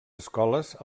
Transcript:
escoles